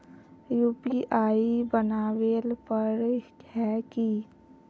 UPI बनावेल पर है की?